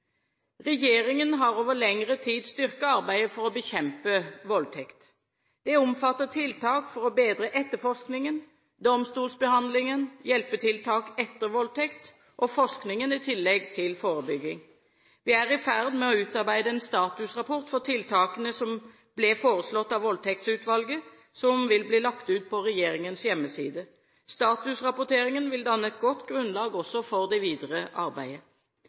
Regjeringen har over lengre tid styrket arbeidet for å bekjempe voldtekt. Det omfatter tiltak for å bedre etterforskningen, domstolsbehandlingen, hjelpetiltak etter voldtekt, og forskningen, i tillegg til forebygging. Vi er i ferd med å utarbeide en statusrapport for tiltakene som ble foreslått av Voldtektsutvalget, som vil bli lagt ut på regjeringens hjemmeside. Statusrapporteringen vil danne et godt grunnlag for det videre arbeidet.